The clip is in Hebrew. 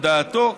לדעתו,